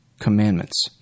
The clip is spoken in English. commandments